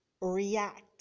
react